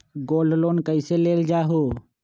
Gold loan कईसे लेल जाहु?